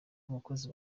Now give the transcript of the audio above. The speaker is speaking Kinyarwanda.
abakozi